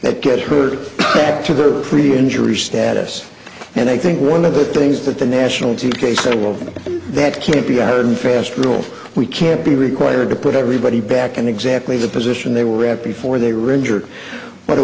that get her to the pre injury status and i think one of the things that the national team case of that can't be added fast rule we can't be required to put everybody back in exactly the position they were at before they were injured but